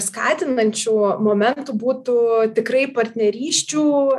skatinančių momentų būtų tikrai partnerysčių